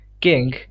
king